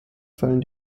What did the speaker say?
fallen